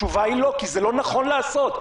התשובה היא לא, כי זה לא נכון לעשות.